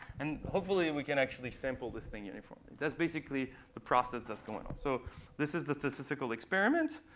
and hopefully and we can actually sample this thing you're informing. that's basically the process that's going on. so this is the statistical experiment.